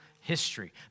history